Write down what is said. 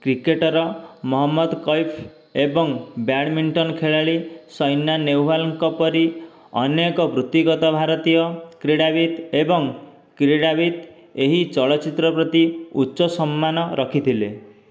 cricketer Mohammad Kaif ଏବଂ badminton ଖେଳାଳି ସାଇନା ନେହୱାଲଙ୍କ ପରି ଅନେକ ବୃତ୍ତିଗତ ଭାରତୀୟ କ୍ରୀଡାବିତ୍ ଏବଂ କ୍ରୀଡାବିତ୍ ଏହି ଚଳଚ୍ଚିତ୍ର ପ୍ରତି ଉଚ୍ଚ ସମ୍ମାନ ରଖିଥିଲେ